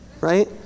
Right